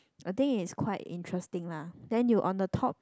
I think it's quite interesting lah then you on the top